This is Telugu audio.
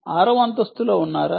ఆరవ అంతస్తులో ఉన్నారా